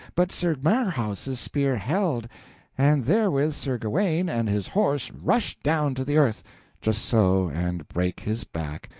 but sir marhaus's spear held and therewith sir gawaine and his horse rushed down to the earth just so and brake his back.